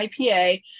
IPA